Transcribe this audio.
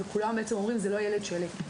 וכולם אומרים: זה לא הילד שלי.